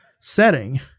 setting